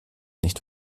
nicht